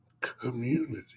community